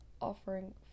offering